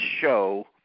show